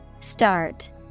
Start